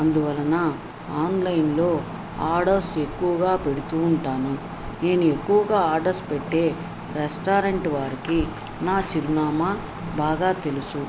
అందువలన ఆన్లైన్లో ఆర్డర్స్ ఎక్కువగా పెడుతూ ఉంటాను నేను ఎక్కువగా ఆర్డర్స్ పెట్టే రెస్టారెంట్ వారికి నా చిరునామా బాగా తెలుసు